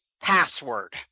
password